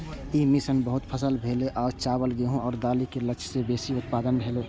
ई mission बहुत सफल भेलै आ चावल, गेहूं आ दालि के लक्ष्य सं बेसी उत्पादन भेलै